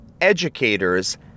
educators